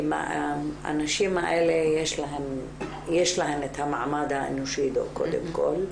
כי הנשים האלה יש להן את המעמד האנושי קודם כל,